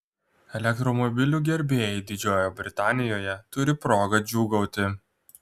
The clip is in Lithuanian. elektromobilių gerbėjai didžiojoje britanijoje turi progą džiūgauti